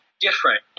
different